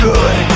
Good